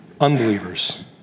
unbelievers